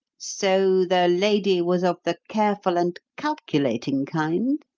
so the lady was of the careful and calculating kind?